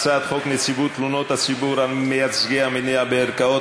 הצעת חוק נציבות תלונות הציבור על מייצגי המדינה בערכאות,